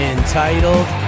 Entitled